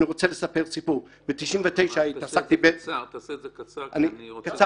אני רוצה לספר סיפור: ב-99 -- תעשה את זה קצר כי אני רוצה